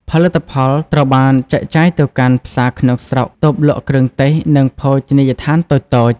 ផលិតផលត្រូវបានចែកចាយទៅកាន់ ផ្សារក្នុងស្រុក តូបលក់គ្រឿងទេស និងភោជនីយដ្ឋានតូចៗ។